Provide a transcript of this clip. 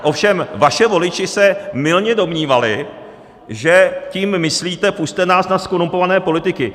Ovšem vaši voliči se mylně domnívali, že tím myslíte: Pusťte nás na zkorumpované politiky.